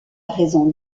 raison